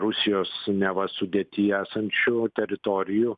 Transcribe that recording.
rusijos neva sudėtyje esančių teritorijų